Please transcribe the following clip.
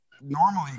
normally